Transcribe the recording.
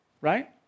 Right